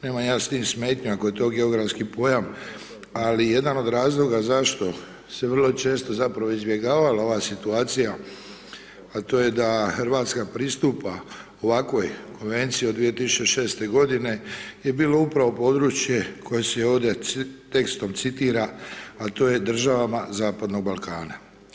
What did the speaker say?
Nemam ja s tim smetnju ako je to geografski pojam, ali jedan od razloga zašto se vrlo često, zapravo, izbjegavala ova situacija, a to je da RH pristupa ovakvoj Konvenciji od 2006.-te godine je bilo upravo područje koje se i ovdje tekstom citira, a to je državama zapadnog Balkana.